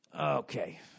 Okay